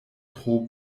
tro